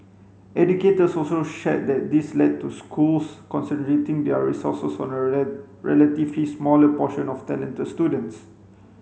educators also shared that this led to schools concentrating their resources on a relatively smaller portion of talented students